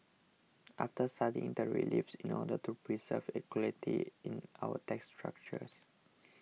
after studying the reliefs in order to preserve equity in our tax structure